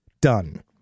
done